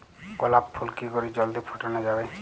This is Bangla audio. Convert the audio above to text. গোলাপ ফুল কি করে জলদি ফোটানো যাবে?